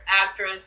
actress